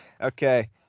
Okay